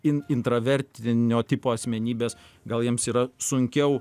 in intravertinio tipo asmenybės gal jiems yra sunkiau